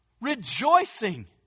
rejoicing